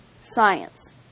science